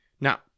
Now